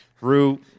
Rue